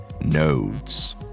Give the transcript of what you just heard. nodes